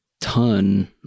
ton